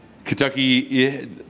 Kentucky